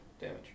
damage